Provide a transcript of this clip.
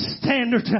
standard